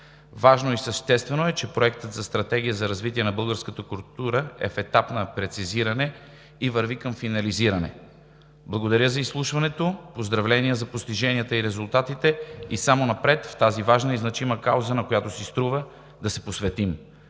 Важно и съществено е, че Проектът за стратегия за развитие на българската култура е в етап на прецизиране и върви към финализиране. Благодаря за изслушването. Поздравления за постиженията и за резултатите! И само напред в тази важна и значима кауза, на която си струва да се посветим